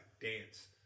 dance